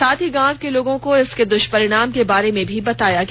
साथ ही गांव के लोगों को इसके द्वष्परिणाम के बारे में भी बताया गया